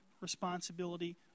responsibility